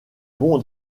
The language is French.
bon